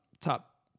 top